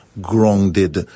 grounded